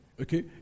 okay